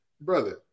Brother